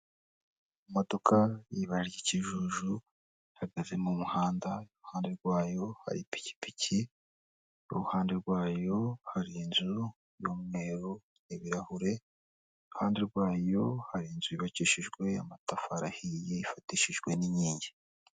Imodoka y'ibara ry'ikijuju, ihagaze mu muhanda iruhande rwayo hari ipikipiki, ku ruhande rwayo hari inzu y'umweru ibirahure iruhande rwayo hari inzu yubakishijwe amatafari ahiye yifatishijwe n'inkingi.